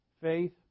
faith